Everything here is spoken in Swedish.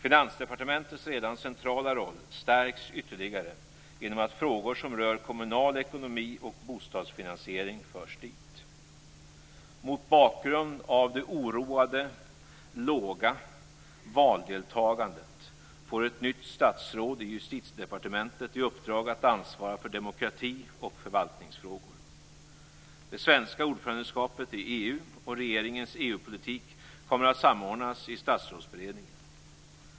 Finansdepartementets redan centrala roll stärks ytterligare genom att frågor som rör kommunal ekonomi och bostadsfinansiering förs dit. Mot bakgrund av det oroande låga valdeltagandet får ett nytt statsråd i Justitiedepartementet i uppdrag att ansvara för demokrati och förvaltningsfrågor. Det svenska ordförandeskapet i EU och regeringens EU-politik kommer att samordnas i Statsrådsberedningen.